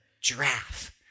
Giraffe